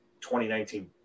2019